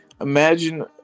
Imagine